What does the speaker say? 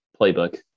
playbook